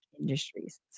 Industries